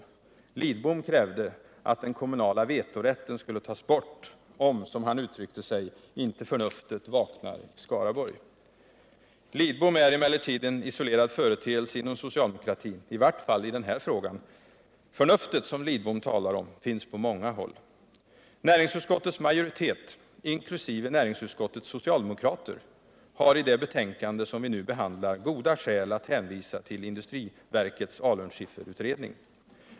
Carl Lidbom krävde att den kommunala vetorätten skulle tas bort — om, som han uttryckte sig, inte förnuftet vaknar i Skaraborg. Herr Lidbom är emellertid en isolerad företeelse inom socialdemokratin — i vart fall i denna fråga. Förnuftet, som Carl Lidbom talar om, finns på många håll. Näringsutskottets majoritet, inkl. utskottets socialdemokrater, har i det betänkande som vi nu behandlar goda skäl att hänvisa till industriverkets alunskifferutredning.